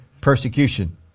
persecution